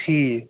ٹھیٖک